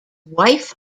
wife